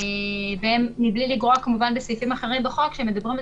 והן מבלי לגרוע כמובן בסעיפים אחרים בחוק שמדברים על